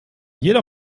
jeder